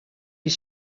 est